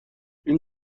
این